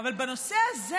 אבל בנושא הזה